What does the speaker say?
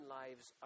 lives